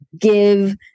give